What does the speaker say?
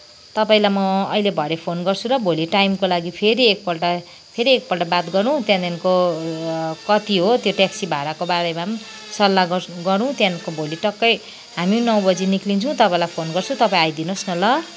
तपाईँलाई म अहिले भरे फोन गर्छु र भोलि टाइमको लागि फेरि एकपल्ट फेरि एकपल्ट बात गरौँ त्यहाँदेखिको कति हो त्यो ट्याक्सी भाडाको बारेमा पनि सल्लाह गरौँ त्यहाँदेखिको भोलि ट्याक्कै हामी नौ बजी निक्लिन्छौँ तपाईँलाई फोन गर्छु तपाईँ आइदिनुहोस् न ल